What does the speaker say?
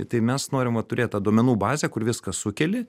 tai mes norim va turėt tą duomenų bazę kur viską sukeli